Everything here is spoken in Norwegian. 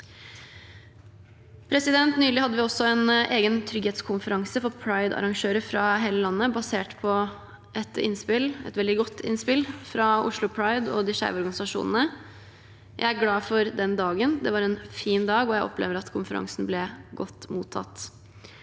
Nylig hadde vi også en egen trygghetskonferanse for pridearrangører fra hele landet basert på et veldig godt innspill fra Oslo Pride og de skeive organisasjonene. Jeg er glad for den dagen. Det var en fin dag, og jeg opplever at konferansen ble godt mottatt.